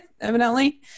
evidently